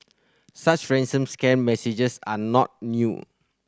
such ransom scam messages are not new